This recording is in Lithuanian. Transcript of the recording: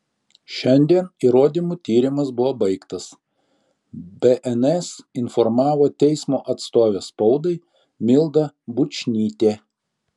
šiandien įrodymų tyrimas buvo baigtas bns informavo teismo atstovė spaudai milda bučnytė